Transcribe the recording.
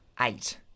Eight